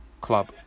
Club